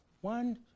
One